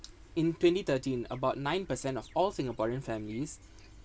in twenty thirteen about nine percent of all singaporean families